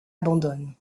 abandonne